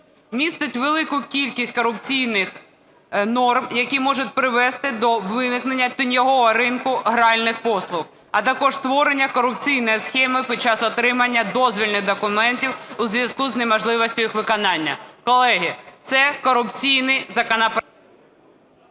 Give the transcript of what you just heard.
Містить велику кількість корупційних норм, які можуть привести до виникнення тіньового ринку гральних послуг, а також створення корупційної схеми під час отримання дозвільних документів у зв'язку з неможливістю їх виконання. Колеги, це корупційний законопроект...